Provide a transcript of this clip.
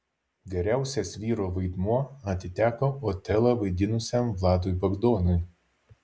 geriausias vyro vaidmuo atiteko otelą vaidinusiam vladui bagdonui